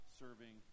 serving